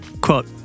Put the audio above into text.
Quote